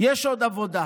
יש עוד עבודה.